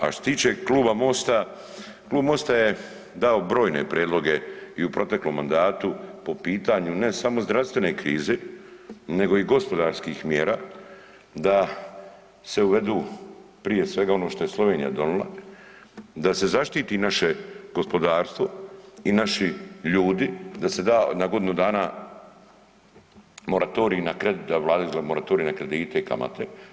A što se tiče kluba MOST-a, klub MOST-a je dao brojne prijedloge i u proteklom mandatu po pitanju ne samo zdravstvene krize nego i gospodarskih mjera, da se uvedu prije svega ono što je Slovenija donijela, da se zaštiti naše gospodarstvo i naši ljudi, da se da na godinu dana moratorij na kredit, … moratorij na kredite i kamate.